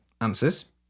Answers